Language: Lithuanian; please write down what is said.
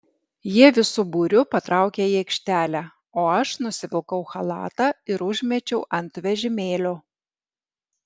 jie visu būriu patraukė į aikštelę o aš nusivilkau chalatą ir užmečiau ant vežimėlio